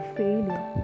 failure